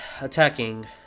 attacking